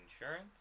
insurance